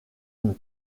une